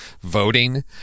voting